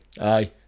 aye